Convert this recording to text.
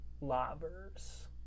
lovers